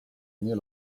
neal